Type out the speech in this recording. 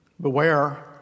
beware